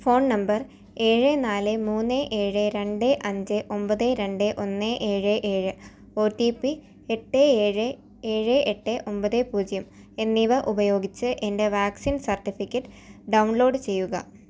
phone number ഏഴ് നാല് മൂന്ന് ഏഴ് രണ്ട് അഞ്ച് ഒമ്പത് രണ്ട് ഒന്ന് ഏഴ് ഏഴ് ഒ ടി പി എട്ട് ഏഴ് ഏഴ് എട്ട് ഒമ്പത് പൂജ്യം എന്നിവ ഉപയോഗിച്ച് എൻ്റെ വാക്സിൻ സർട്ടിഫിക്കറ്റ് ഡൗൺലോഡ് ചെയ്യുക